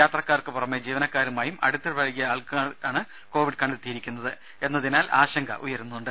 യാത്രക്കാർക്കുപുറമെ ജീവനക്കാരുമായും അടുത്തിടപഴകിയ ആൾക്കാണ് കോവിഡ് കണ്ടെത്തിയിരിക്കുന്നത് എന്നതിനാൽ ആശങ്കയുയരുന്നുണ്ട്